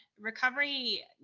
recovery